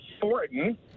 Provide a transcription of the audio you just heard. Thornton